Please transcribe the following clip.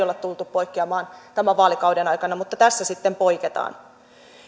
olla tultu poikkeamaan tämän vaalikauden aikana mutta tässä sitten poiketaan